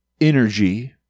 energy